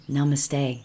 Namaste